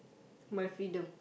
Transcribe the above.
my freedom